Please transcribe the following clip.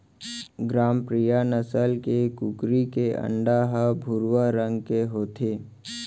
ग्रामप्रिया नसल के कुकरी के अंडा ह भुरवा रंग के होथे